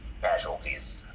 casualties